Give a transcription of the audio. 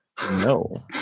No